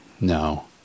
No